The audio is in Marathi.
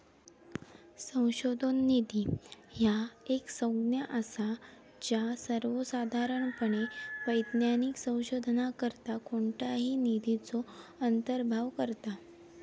संशोधन निधी ह्या एक संज्ञा असा ज्या सर्वोसाधारणपणे वैज्ञानिक संशोधनाकरता कोणत्याही निधीचो अंतर्भाव करता